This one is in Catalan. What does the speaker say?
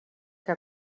que